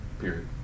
Period